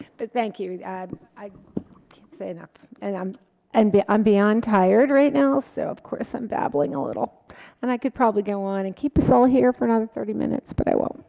but thank you and i can't say enough and i'm and but i'm beyond tired right now so of course i'm babbling a little and i could probably go on and keep us all here for another thirty minutes but i won't.